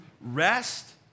rest